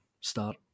start